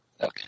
Okay